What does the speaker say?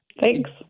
Thanks